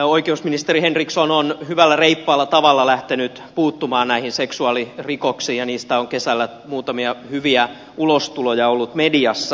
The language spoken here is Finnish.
oikeusministeri henriksson on hyvällä reippaalla tavalla lähtenyt puuttumaan näihin seksuaalirikoksiin ja niistä on kesällä muutamia hyviä ulostuloja ollut mediassa